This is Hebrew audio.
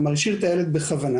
כלומר השאיר את הילד בכוונה,